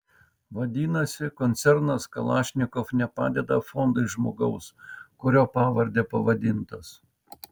vadinasi koncernas kalašnikov nepadeda fondui žmogaus kurio pavarde pavadintas